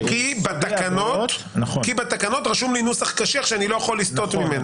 כי בתקנות רשום לי נוסח קשיח שאני לא יכול לסטות ממנו.